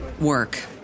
work